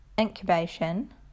incubation